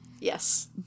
Yes